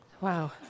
Wow